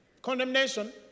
condemnation